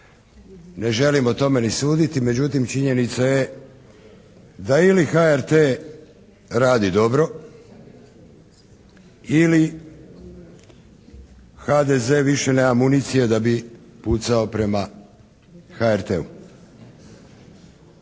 ne želim o tome ni suditi. Međutim činjenica je da ili HRT radi dobro ili HDZ više nema municije da bi pucao prema HRT-u.